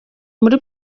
muri